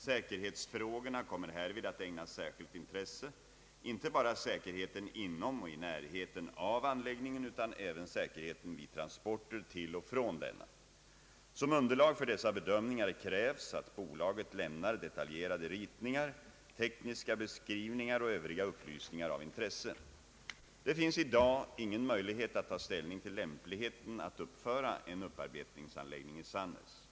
Säkerhetsfrågorna kommer härvid att ägnas särskilt intresse, inte bara säkerheten inom och i närheten av anläggningen utan även säkerheten vid transporter till och från denna. Som underlag för dessa bedömningar krävs att bolaget lämnar detaljerade ritningar, tekniska beskrivningar och övriga upplysningar av intresse. Det finns i dag ingen möjlighet att ta ställning till lämpligheten att uppföra en upparbetningsanläggning i Sannäs.